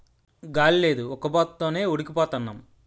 గాలి లేదు ఉక్కబోత తోనే ఉడికి పోతన్నాం